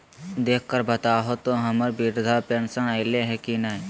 देख कर बताहो तो, हम्मर बृद्धा पेंसन आयले है की नय?